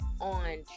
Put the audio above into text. on